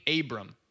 Abram